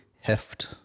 Heft